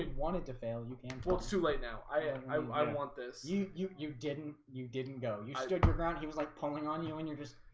we want it to fail. you can't well. it's too late now i don't want this you you you didn't you didn't go you stood your ground. he was like pulling on you, and you're just